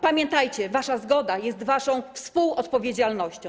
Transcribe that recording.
Pamiętajcie, wasza zgoda jest waszą współodpowiedzialnością.